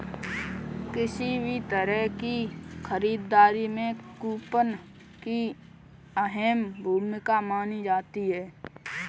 किसी भी तरह की खरीददारी में कूपन की अहम भूमिका मानी जाती है